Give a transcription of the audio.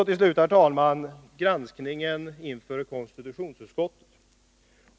Till slut granskningen inom konstitutionsutskottet.